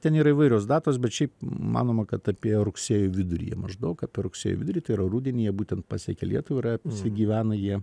ten yra įvairios datos bet šiaip manoma kad apie rugsėjo vidurį jie maždaug apie rugsėjo vidurį tai yra rudenį jie būtent pasiekė lietuvą ir apsigyvena jie